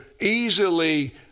easily